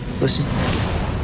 Listen